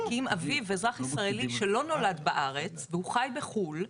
כי אם אביו אזרח ישראלי שלא נולד בארץ והוא חי בחו"ל,